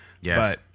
Yes